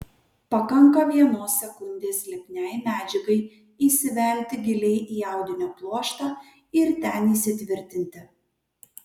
pakanka vienos sekundės lipniai medžiagai įsivelti giliai į audinio pluoštą ir ten įsitvirtinti